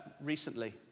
recently